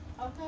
Okay